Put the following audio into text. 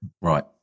Right